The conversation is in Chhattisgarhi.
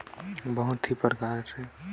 काय प्रकार पईसा जमा कर सकथव?